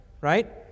Right